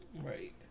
Right